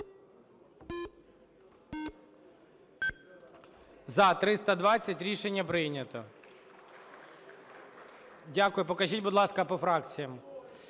За-320 Рішення прийнято. Дякую. Покажіть, будь ласка, по фракціям.